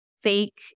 fake